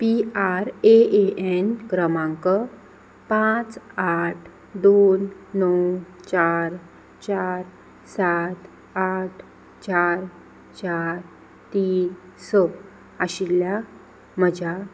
P R A A N क्रमांक पांच आठ दोन णव चार चार सात आठ चार चार तीन स आशिल्ल्या म्हज्या